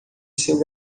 seu